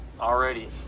already